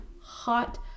hot